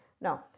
No